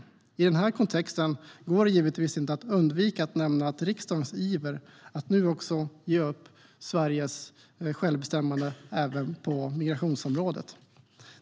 I den här kontexten går det givetvis inte att undvika att nämna riksdagens iver att nu också ge upp Sveriges självbestämmande även på migrationsområdet.